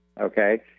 Okay